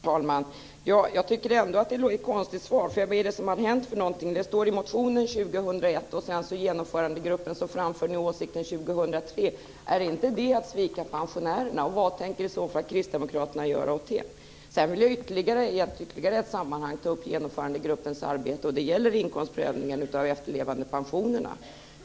Herr talman! Jag tycker ändå att det är ett konstigt svar. Vad är det som har hänt? Det står i motionen år 2001, och sedan framför ni i Genomförandegruppen åsikten att det ska ske år 2003. Är inte det att svika pensionärerna? Vad tänker i så fall kristdemokraterna göra åt det? Sedan vill jag i ytterligare ett sammanhang ta upp Genomförandegruppens arbete. Det gäller inkomstprövningen av efterlevandepensionerna.